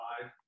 five